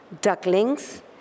Ducklings